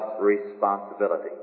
responsibility